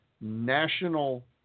national